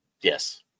Yes